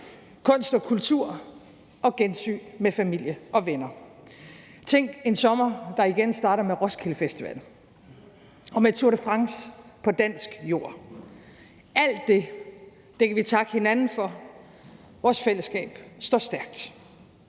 kunst og kultur og gensyn med gamle venner. Tænk, at vi får en sommer, der igen starter med Roskilde Festival og med Tour de France på dansk jord. Alt det kan vi takke hinanden for. Vores fællesskab står stærkt.